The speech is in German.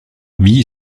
wie